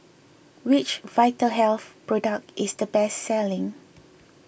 which Vitahealth product is the best selling